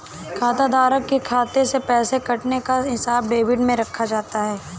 खाताधारक के खाता से पैसे कटने का हिसाब डेबिट में रखा जाता है